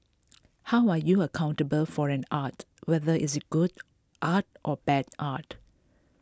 how are you accountable for an art whether is it good art or bad art